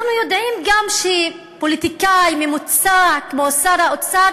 אנחנו יודעים גם שפוליטיקאי ממוצע כמו שר האוצר